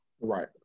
Right